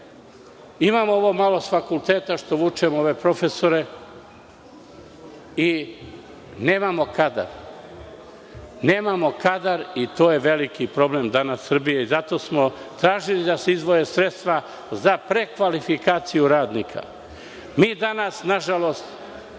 Imamo ovo malo s fakulteta što vučemo, ove profesore i nemamo kadar i to je veliki problem Srbije. Zato smo i tražili da se izdvoje sredstva za prekvalifikaciju radnika. Danas, nažalost,